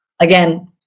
again